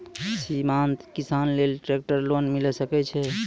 सीमांत किसान लेल ट्रेक्टर लोन मिलै सकय छै?